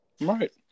Right